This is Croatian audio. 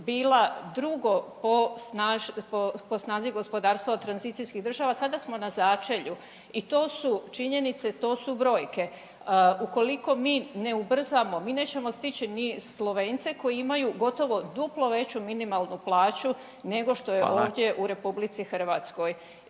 bila drugo po snazi gospodarstva od tranzicijskih država, sada smo na začelju i to su činjenice, to su brojke. Ukoliko mi ne ubrzamo, mi nećemo stići ni Slovence koji imaju gotovo duplo veću minimalnu plaću nego .../Upadica: Hvala./...